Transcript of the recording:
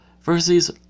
versus